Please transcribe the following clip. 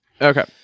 Okay